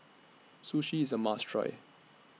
Sushi IS A must Try